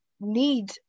need